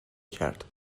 کرد